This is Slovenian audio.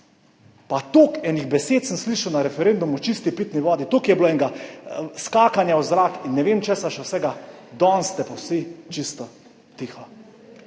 Toliko enih besed sem slišal na referendumu o čisti pitni vodi, toliko je bilo enega skakanja v zrak in ne vem česa še vsega, danes ste pa vsi čisto tiho.